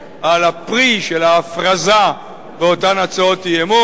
על הפרי של ההפרזה באותן הצעות אי-אמון.